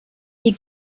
ihr